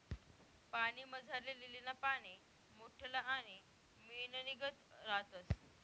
पाणीमझारली लीलीना पाने मोठल्ला आणि मेणनीगत रातस